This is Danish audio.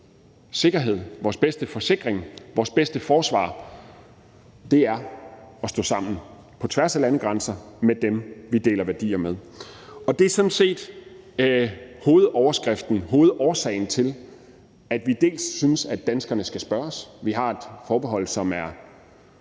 sikkerhed, vores bedste forsikring, vores bedste forsvar er at stå sammen på tværs af landegrænser med dem, vi deler værdier med. Det er sådan set hovedoverskriften for, hovedårsagen til, at vi synes, at danskerne skal spørges. Vi har et forbehold, som er